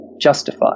justify